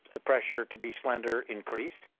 the pressure to be slender increased.